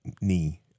knee